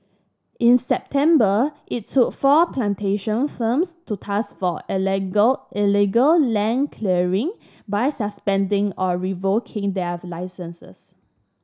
in September it took four plantation firms to task for illegal land clearing by suspending or revoking their licences